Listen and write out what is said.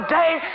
day